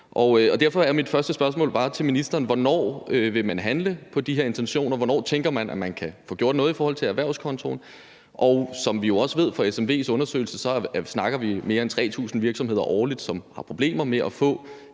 Derfor er mit første spørgsmål til ministeren bare, hvornår man vil handle på de her intentioner, og hvornår man tænker at man kan få gjort noget i forhold til erhvervskontoen. Som vi jo også ved fra SMVdanmarks undersøgelse, snakker vi om mere end 3.000 virksomheder årligt, som har problemer med at få